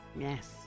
Yes